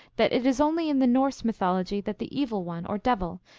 that it is only in the norse mythology that the evil one, or devil,